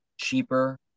cheaper